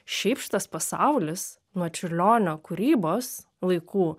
šiaip šitas pasaulis nuo čiurlionio kūrybos laikų